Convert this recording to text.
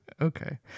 Okay